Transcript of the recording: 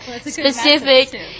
specific